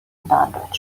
دانلود